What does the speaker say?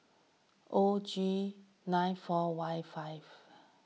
O G nine four Y five